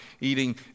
eating